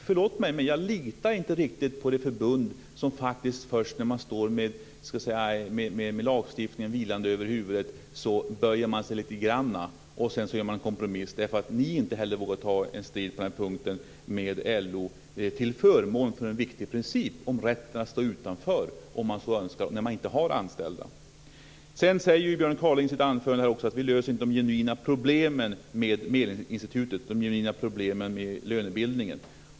Förlåt mig men jag litar inte riktigt på det förbund som faktiskt först när man står där med lagstiftningen vilande över huvudet böjer sig lite grann för att sedan göra en kompromiss; detta därför att ni inte vågat ta strid med LO på den här punkten, till förmån för en viktig princip om rätten att stå utanför om så önskas när det inte finns några anställda. Björn Kaaling sade i sitt anförande att vi med Medlingsinstitutet inte löser de genuina problemen med lönebildningen.